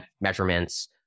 measurements